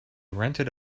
rented